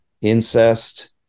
incest